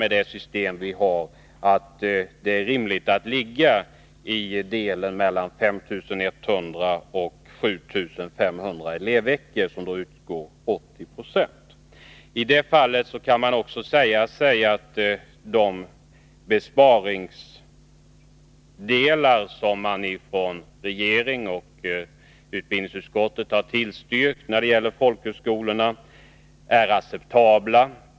Med det system som vi har är det rimligt att ligga i intervallet mellan 5 100 och 7 500 elevveckor, där statsbidrag får tillgodoräknas med 80 96. I detta sammanhang kan man också framhålla att de besparingsåtgärder som regeringen har föreslagit och utbildningsutskottet har tillstyrkt när det gäller folkhögskolorna är acceptabla.